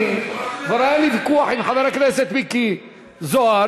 כבר היה לי ויכוח עם חבר הכנסת מיקי זוהר,